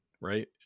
right